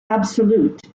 absolute